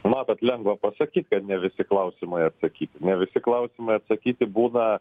matot lengva pasakyt kad ne visi klausimai atsakyti ne visi klausimai atsakyti būna